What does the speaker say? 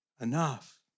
enough